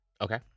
Okay